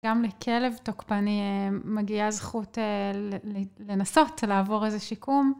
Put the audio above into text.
גם לכלב תוקפני מגיע זכות לנסות לעבור איזה שיקום.